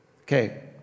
Okay